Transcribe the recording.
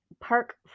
Park